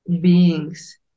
beings